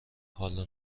حالا